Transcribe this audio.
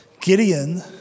Gideon